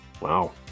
wow